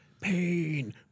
pain